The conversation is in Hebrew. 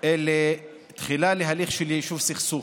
אלה תחילה להליך של יישוב סכסוך.